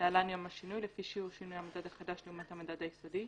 (להלן יום השינוי) לפי שיעור שינוי המדד החדש לעומת המדד היסודי.